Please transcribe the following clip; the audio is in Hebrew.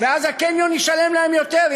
ואז הקניון ישלם להם יותר.